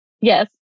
Yes